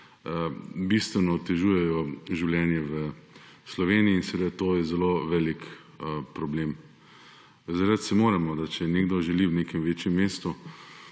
bistveno otežujejo življenje v Sloveniji. To je zelo velik problem. Zavedati se moramo, da če nekdo želi v nekem večjem mestu